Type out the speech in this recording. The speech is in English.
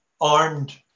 armed